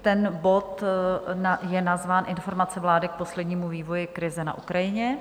Ten bod je nazván Informace vlády k poslednímu vývoji krize na Ukrajině.